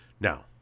Now